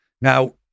Now